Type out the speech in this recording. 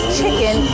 chicken